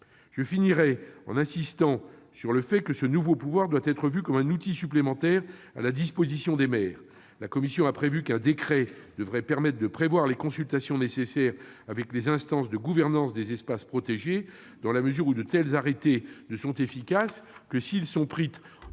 Je conclurai en insistant sur le fait que ce nouveau pouvoir doit être vu comme un outil supplémentaire mis à la disposition des maires. La commission a prévu qu'un décret détermine les consultations nécessaires auprès des instances de gouvernance des espaces protégés, dans la mesure où les arrêtés ne seront efficaces que s'ils sont pris